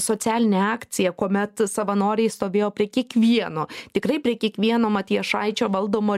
socialinė akcija kuomet savanoriai stovėjo prie kiekvieno tikrai prie kiekvieno matijošaičio valdomo